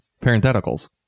parentheticals